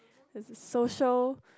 there's a social